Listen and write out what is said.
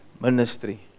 Ministry